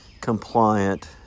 compliant